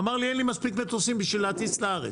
אמר לי אין לי מספיק מטוסים בשביל להטיס לארץ.